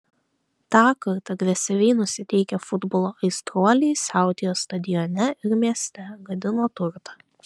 tąkart agresyviai nusiteikę futbolo aistruoliai siautėjo stadione ir mieste gadino turtą